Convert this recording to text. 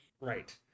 Right